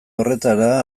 horretara